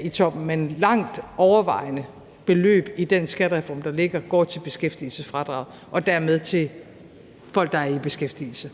i toppen. Men langt overvejende går beløbene i den skattereform, der ligger, til beskæftigelsesfradraget og dermed til folk, der er i beskæftigelse.